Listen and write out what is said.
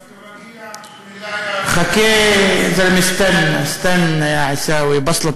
דווקא, חכה, סתנע, סתנע, יא-עיסאווי.